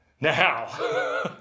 now